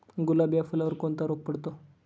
गुलाब या फुलावर कोणता रोग पडतो?